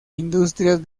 industrias